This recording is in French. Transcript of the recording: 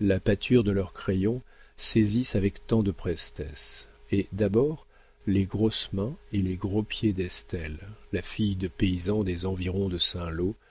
la pâture de leurs crayons saisissent avec tant de prestesse et d'abord les grosses mains et les gros pieds d'estelle la fille de paysans des environs de